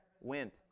went